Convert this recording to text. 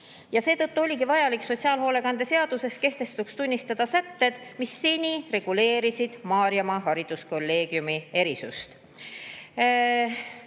Seetõttu oligi vajalik sotsiaalhoolekande seaduses kehtetuks tunnistada sätted, mis seni reguleerisid Maarjamaa Hariduskolleegiumi erisust.